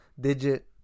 Digit